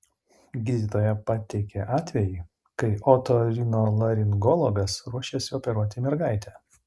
gydytoja pateikė atvejį kai otorinolaringologas ruošėsi operuoti mergaitę